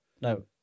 No